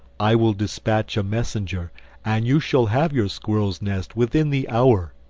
i will despatch a messenger and you shall have your squirrel's nest within the hour.